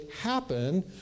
happen